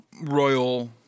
royal